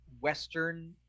Western